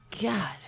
god